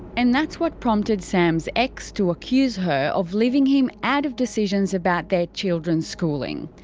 and that's what prompted sam's ex to accuse her of leaving him out of decisions about their children's schooling.